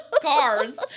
cars